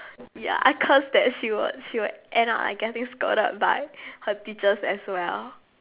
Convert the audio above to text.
ya I cursed that she would she would end up like getting scolded by her teachers as well